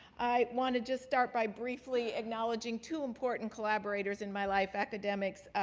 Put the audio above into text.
i want to just start by briefly acknowledging two important collaborators in my life academics,